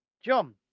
John